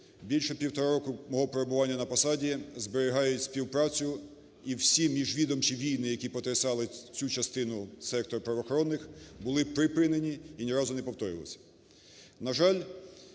більше півтора роки мого перебування на посаді, зберігають співпрацю, і всі міжвідомчі війни, які потрясали цю частину сектору правоохоронних, були припинені, і ні разу не повторювалися. На жаль,